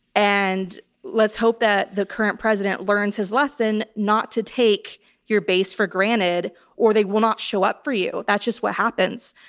and let's hope that the current president learns his lesson not to take your base for granted or they will not show up for you. that's just what happens.